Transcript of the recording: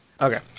Okay